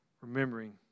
remembering